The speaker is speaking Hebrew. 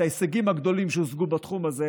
את ההישגים הגדולים שהושגו בתחום הזה,